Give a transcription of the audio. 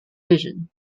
vision